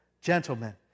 gentlemen